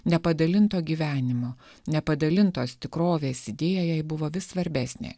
nepadalinto gyvenimo nepadalintos tikrovės idėja jai buvo vis svarbesnė